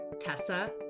Tessa